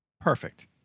Perfect